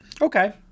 Okay